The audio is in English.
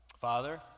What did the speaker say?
Father